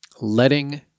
letting